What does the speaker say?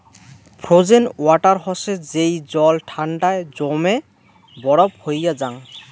frozen water হসে যেই জল ঠান্ডায় জমে বরফ হইয়া জাং